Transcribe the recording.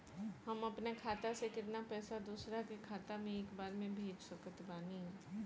हम अपना खाता से केतना पैसा दोसरा के खाता मे एक बार मे भेज सकत बानी?